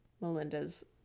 Melinda's